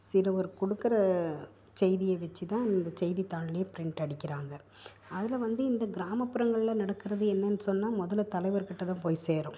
சிறுவர் கொடுக்குற செய்தியை வெச்சு தான் இந்த செய்தித்தாள்லேயே பிரிண்ட் அடிக்கிறாங்க அதில் வந்து இந்த கிராமப்புறங்களில் நடக்கிறது என்னென்னு சொன்னால் முதல்ல தலைவர்கிட்டே தான் போய் சேரும்